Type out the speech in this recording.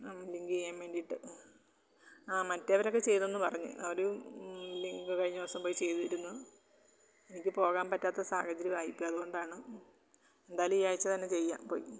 അന്ന് ലിങ്ക് ചെയ്യാൻ മേണ്ടീട്ട് ആ മറ്റെവരൊക്കെ ചെയ്തെന്ന് പറഞ്ഞ് അവരും ലിങ്ക് കഴിഞ്ഞ ദിവസം പോയി ചെയ്തിരുന്ന് എനിക്ക് പോകാൻ പറ്റാത്ത സാഹചര്യം ആയിപ്പോയി അത്കൊണ്ടാണ് എന്തായാലും ഈ ആഴ്ചത്തന്നെ ചെയ്യാം പോയി